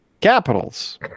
Capitals